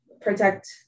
protect